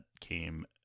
came